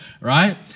right